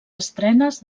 estrenes